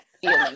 feeling